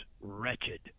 wretched